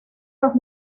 los